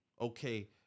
Okay